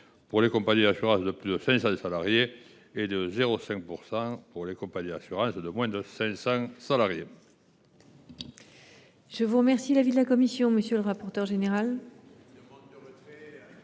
pour les compagnies d’assurances de plus de 500 salariés et à 0,5 % pour les compagnies d’assurances de moins de 500 salariés.